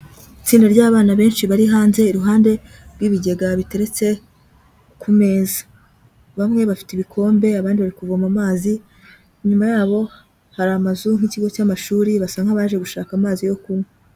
Itsinda ry'abana benshi bari hanze iruhande rw'ibigega biterutse ku meza. Bamwe bafite ibikombe abandi bari kuvoma amazi, inyuma yabo hari amazu nk'ikigo cy'amashuri, basa nk'abaje gushaka amazi yo kunywa.